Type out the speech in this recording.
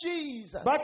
Jesus